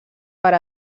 per